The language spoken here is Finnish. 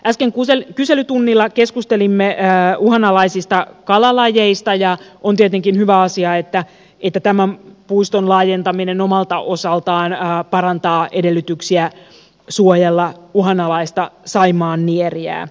äsken kyselytunnilla keskustelimme uhanalaisista kalalajeista ja on tietenkin hyvä asia että tämän puiston laajentaminen omalta osaltaan parantaa edellytyksiä suojella uhanalaista saimaannieriää